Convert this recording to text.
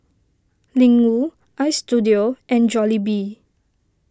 Ling Wu Istudio and Jollibee